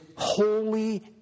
holy